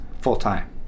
full-time